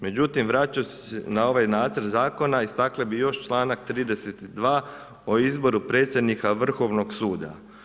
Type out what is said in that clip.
Međutim, vraćajući se na ovaj nacrt Zakona istakli bi još čl. 32. o izboru predsjednika Vrhovnog suda.